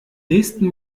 nächsten